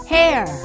hair